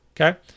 Okay